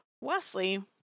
wesley